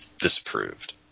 disapproved